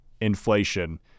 inflation